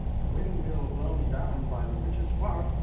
the windmill blown down by the witche's fart,